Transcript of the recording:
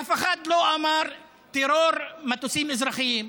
אף אחד לא אמר "טרור מטוסים אזרחיים".